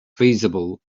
feasible